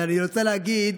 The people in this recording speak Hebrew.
אני רוצה להגיד